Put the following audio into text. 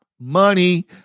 money